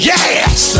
Yes